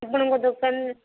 ଆପଣଙ୍କ ଦୋକାନରେ